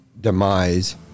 demise